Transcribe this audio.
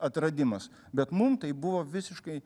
atradimas bet mum tai buvo visiškai